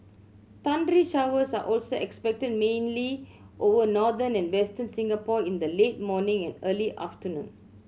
thundery showers are also expected mainly over northern and Western Singapore in the late morning and early afternoon